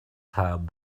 help